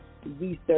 research